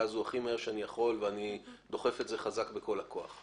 הזאת הכי מהר שאני יכול ואני דוחף את זה חזק בכל הכוח.